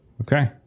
Okay